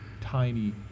tiny